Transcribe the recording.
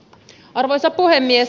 arvoisa puhemies